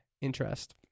interest